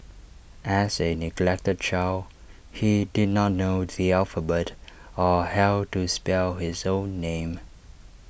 as A neglected child he did not know the alphabet or how to spell his own name